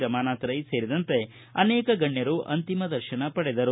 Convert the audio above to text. ರಮಾನಾಥ ರೈ ಸೇರಿದಂತೆ ಅನೇಕ ಗಣ್ಣರು ಅಂತಿಮ ದರ್ಶನ ಪಡೆದರು